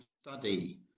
study